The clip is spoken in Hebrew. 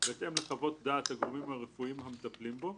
בהתאם לחוות דעת הגורמים הרפואיים המטפלים בו,